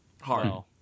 Hard